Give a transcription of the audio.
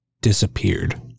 disappeared